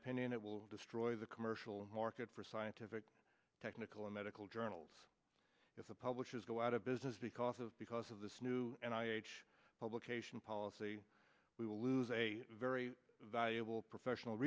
opinion it will destroy the commercial market for scientific technical and medical journals if the publishers go out of business because of because of this new and i h publication policy we will lose a very valuable professional